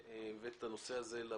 בוקר, תודה רבה שהבאת את הנושא הזה לוועדה.